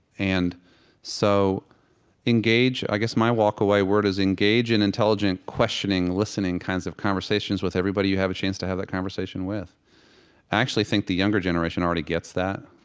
and so engage i guess my walk-away word is engage in intelligent questioning, listening kinds of conversations with everybody you have a chance to have that conversation with. i actually think the younger generation already gets that.